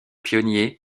pionnier